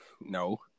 No